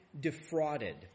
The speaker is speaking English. defrauded